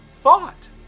thought